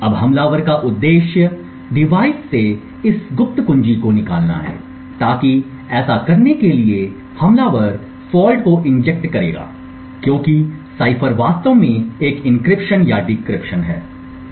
अब हमलावर का उद्देश्य डिवाइस से इस गुप्त कुंजी को निकालना है ताकि ऐसा करने के लिए हमलावर फॉल्ट को इंजेक्ट करेगा क्योंकि साइफर वास्तव में एक एन्क्रिप्शन या डिक्रिप्शन है